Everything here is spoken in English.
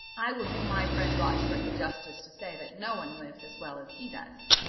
i will do my friend rochfort the justice to say that no one lives as well as he does.